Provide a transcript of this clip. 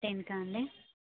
టెన్కా అండి